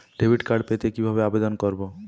Debit card পেতে কিভাবে আবেদন করব?